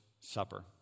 Supper